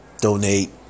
donate